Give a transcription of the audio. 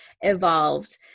evolved